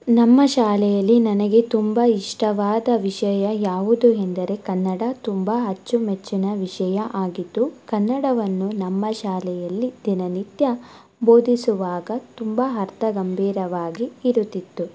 ನಮ್ಮ ಶಾಲೆಯಲ್ಲಿ ನನಗೆ ತುಂಬಾ ಇಷ್ಟವಾದ ವಿಷಯ ಯಾವುದು ಎಂದರೆ ಕನ್ನಡ ತುಂಬ ಅಚ್ಚುಮೆಚ್ಚಿನ ವಿಷಯ ಆಗಿದ್ದು ಕನ್ನಡವನ್ನು ನಮ್ಮ ಶಾಲೆಯಲ್ಲಿ ದಿನನಿತ್ಯ ಬೋಧಿಸುವಾಗ ತುಂಬ ಅರ್ಥ ಗಂಭೀರವಾಗಿ ಇರುತಿತ್ತು